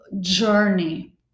journey